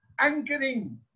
anchoring